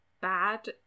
bad